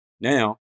Now